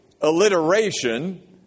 Alliteration